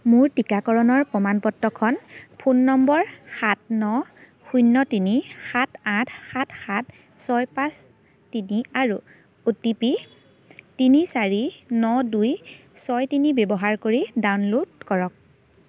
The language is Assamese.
মোৰ টিকাকৰণৰ প্ৰমাণ পত্ৰখন ফোন নম্বৰ সাত ন শূন্য তিনি সাত আঠ সাত সাত ছয় পাঁচ তিনি আৰু অ' টি পি তিনি চাৰি ন দুই ছয় তিনি ব্যৱহাৰ কৰি ডাউনলোড কৰক